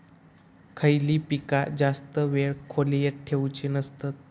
खयली पीका जास्त वेळ खोल्येत ठेवूचे नसतत?